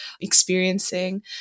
experiencing